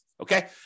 okay